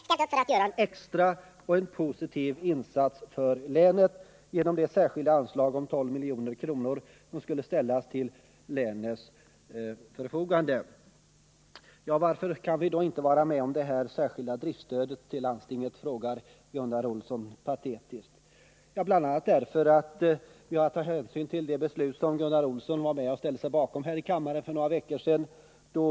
Herr talman! De tidigare inläggen, inte minst det senaste, visar regionalpolitikens betydelse och det stora intresset. Dessutom råder det enighet om de stora linjerna. Utskottet har slagit fast att Värmland har det svårt och befinner sig i en utsatt position. Därför har hela arbetsmarknadsutskottet ställt upp för att göra en extra, positiv insats för länet, nämligen genom det särskilda anslaget på 12 milj.kr. som ställs till länets förfogande. Varför kan vi då inte gå med på det särskilda driftstödet till landstinget, frågar Gunnar Olsson patetiskt. Anledningen är bl.a. den att vi har att ta hänsyn till det beslut som bl.a. Gunnar Olsson ställde sig bakom här i kammaren för några veckor sedan.